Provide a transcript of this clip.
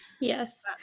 Yes